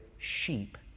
sheep